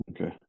Okay